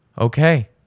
Okay